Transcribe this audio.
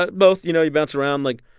but both. you know, you bounce around. like,